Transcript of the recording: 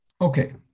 Okay